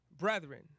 Brethren